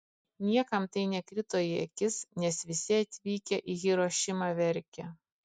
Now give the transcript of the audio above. niekam tai nekrito į akis nes visi atvykę į hirošimą verkė